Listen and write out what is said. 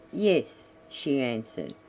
yes, she answered,